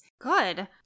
good